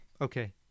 okay